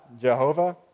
Jehovah